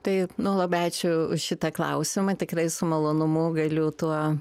tai nu labai ačiū už šitą klausimą tikrai su malonumu galiu tuo